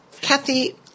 Kathy